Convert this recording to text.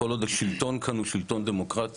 כל עוד השלטון כאן הוא שלטון דמוקרטי,